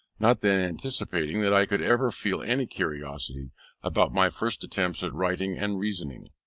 not then anticipating that i could ever feel any curiosity about my first attempts at writing and reasoning.